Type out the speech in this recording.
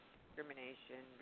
discrimination